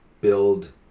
build